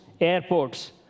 airports